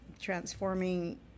transforming